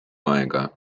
aega